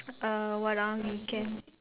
ah what ah can